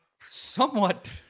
somewhat